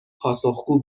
پاسخگو